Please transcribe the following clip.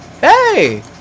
hey